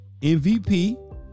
MVP